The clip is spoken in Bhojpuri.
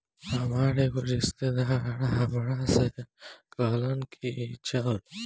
हामार एगो रिस्तेदार हामरा से कहलन की चलऽ